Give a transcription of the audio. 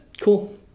Cool